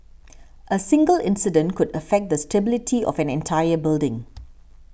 a single incident could affect the stability of an entire building